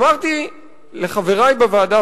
אמרתי לחברי בוועדה,